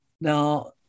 Now